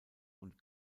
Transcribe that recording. und